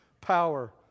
Power